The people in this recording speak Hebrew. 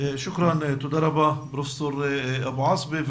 תודה רבה פרופ' אבו עסבה.